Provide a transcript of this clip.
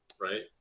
right